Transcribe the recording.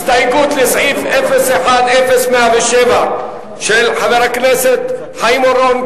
הסתייגות לסעיף 010107 של חברי הכנסת חיים אורון,